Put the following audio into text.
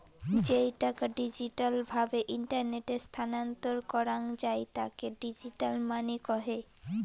যেই টাকা ডিজিটাল ভাবে ইন্টারনেটে স্থানান্তর করাঙ যাই তাকে ডিজিটাল মানি কহে